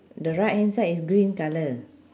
the right hand side is green colour